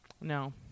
No